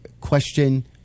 question